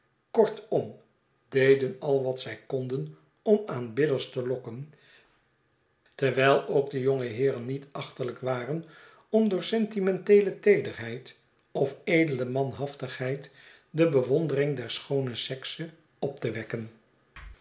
kortom deden al wat zij konden om aanbidders te lokken terwijl ook de jonge heeren niet achterlijk waren om door sentimenteele teederheid of edele manhaftigheid de bewondering derschoonesekse op te wekken